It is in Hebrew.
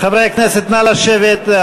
חברי הכנסת, נא לשבת.